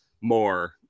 more